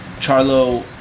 Charlo